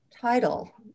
title